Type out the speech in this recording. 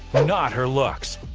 not her looks!